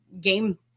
game